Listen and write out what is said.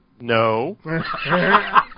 No